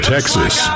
Texas